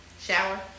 shower